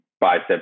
bicep